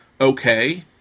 okay